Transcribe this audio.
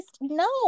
No